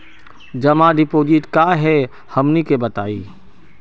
जमा डिपोजिट का हे हमनी के बताई?